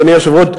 אדוני היושב-ראש,